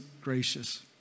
gracious